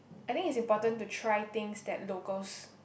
I think it's important to try things that locals